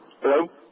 Hello